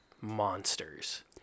monsters